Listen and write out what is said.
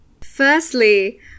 Firstly